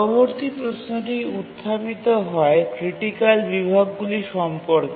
পরবর্তী প্রশ্নটি উত্থাপিত হয় ক্রিটিকাল বিভাগগুলি সম্পর্কে